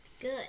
Good